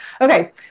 Okay